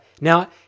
Now